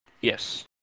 Yes